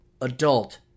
adult